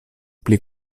pli